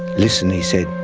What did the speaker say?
listen he said,